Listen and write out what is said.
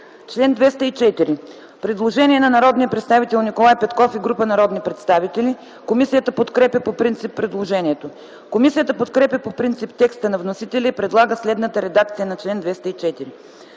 чл. 205 има предложение от народния представител Николай Петков и група народни представители. Комисията подкрепя по принцип предложението. Комисията подкрепя по принцип текста на вносителя и предлага следната редакция на чл. 205: